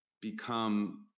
become